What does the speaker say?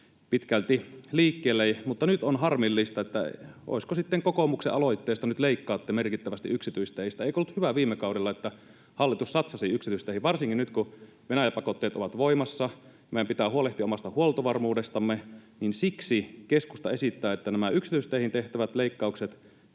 pitkin liikkeelle. Mutta nyt on harmillista, että — olisiko sitten kokoomuksen aloitteesta — nyt leikkaatte merkittävästi yksityisteistä. Eikö ollut viime kaudella hyvä, että hallitus satsasi yksityisteihin? Varsinkin nyt, kun Venäjä-pakotteet ovat voimassa, meidän pitää huolehtia omasta huoltovarmuudestamme, ja siksi keskusta esittää, että nämä yksityisteihin tehtävät leikkaukset